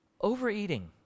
Overeating